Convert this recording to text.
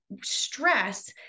Stress